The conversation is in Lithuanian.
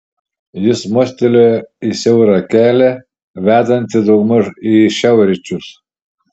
jis mostelėjo į siaurą kelią vedantį daugmaž į šiaurryčius